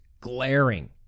glaring